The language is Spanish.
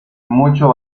mucho